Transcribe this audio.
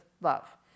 love